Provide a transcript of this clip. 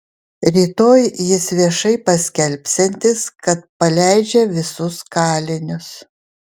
rytoj jis viešai paskelbsiantis kad paleidžia visus kalinius